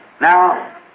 Now